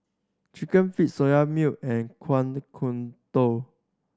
Chicken Feet Soya Milk and Kueh Kodok